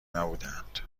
نبودهاند